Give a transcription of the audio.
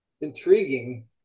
intriguing